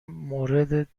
مورد